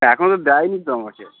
তা এখনও দেয়নি তো আমাকে